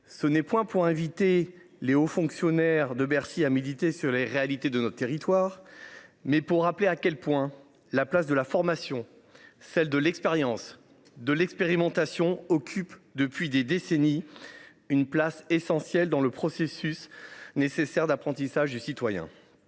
ce n’est point pour inviter les hauts fonctionnaires de Bercy à méditer sur les réalités de nos territoires, c’est pour rappeler à quel point la place que la formation, l’expérience et l’expérimentation occupent depuis des décennies est essentielle dans le parcours nécessaire d’apprentissage du citoyen.